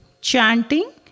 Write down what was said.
chanting